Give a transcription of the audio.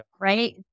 right